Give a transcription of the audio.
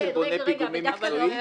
הצהרה של בונה פיגומים מקצועי?